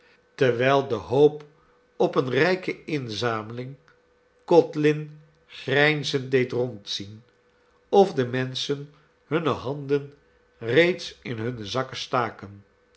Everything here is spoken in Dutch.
terwijl de hoop op eene rijke inzameling codlin grijnzend deed rondzien of de menschen hunne handen reeds in hunne zakken staken